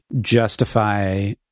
justify